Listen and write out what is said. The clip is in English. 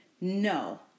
No